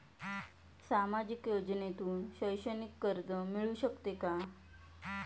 सामाजिक योजनेतून शैक्षणिक कर्ज मिळू शकते का?